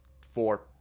four